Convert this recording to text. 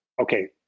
okay